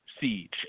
siege